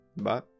Bye